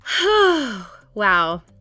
Wow